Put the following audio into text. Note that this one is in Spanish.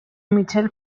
michelle